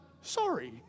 Sorry